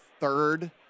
third